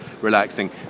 relaxing